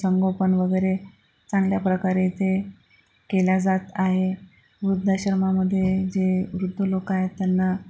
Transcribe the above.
संगोपन वगैरे चांगल्या प्रकारे इथे केल्या जात आहे वृद्धाश्रमामध्ये जे वृद्ध लोक आहेत त्यांना